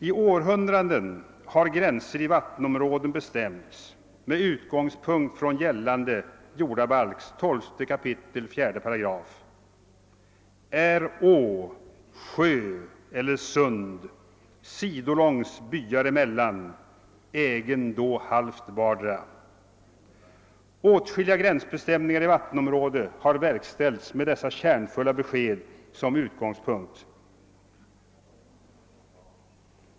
I århundraden har gränser i vattenområde bestämts med utgångspunkt från gällande jordabalks 12 kap. 4 8 >Är å, sjö, eller sund sidolångs byar emellan; ägen då halvt vardera.> Åtskilliga gränsbestämningar i vattenområden har verkställts med dessa kärnfulla besked som utgångspunkt.